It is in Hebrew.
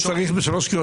מצא את ההבדלים.